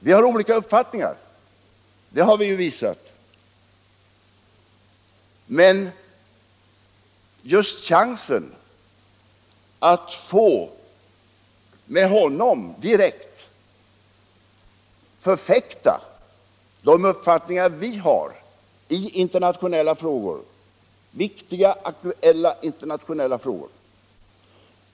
Vi har olika uppfattningar, det har vi visat. Men vi vill få chansen att direkt inför dr Kissinger förfäkta de uppfattningar vi har i viktiga, aktuella internationella frågor.